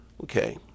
okay